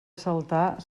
saltar